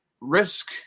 risk